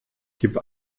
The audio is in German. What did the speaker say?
gib